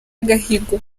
agahigo